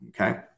Okay